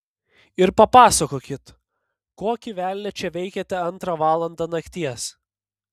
ir papasakokit kokį velnią čia veikiate antrą valandą nakties